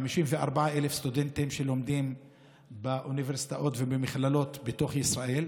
54,000 סטודנטים שלומדים באוניברסיטאות ובמכללות בתוך ישראל.